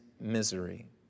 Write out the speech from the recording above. misery